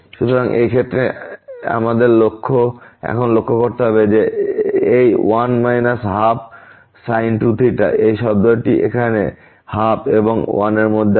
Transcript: সুতরাং এই ক্ষেত্রে আমাদের এখন লক্ষ্য করতে হবে যে এই 1 122θ এই শব্দটি এখানে 12 and 1 এর মধ্যে রয়েছে